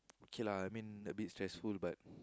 okay lah I mean a bit stressful but